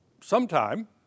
sometime